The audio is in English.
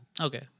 Okay